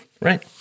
Right